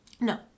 no